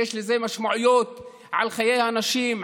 יש לזה משמעויות על חיי האנשים,